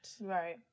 Right